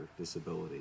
disability